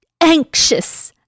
anxious